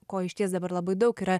ko išties dabar labai daug yra